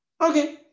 Okay